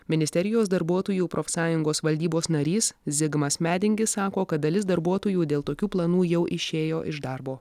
ministerijos darbuotojų profsąjungos valdybos narys zigmas medingis sako kad dalis darbuotojų dėl tokių planų jau išėjo iš darbo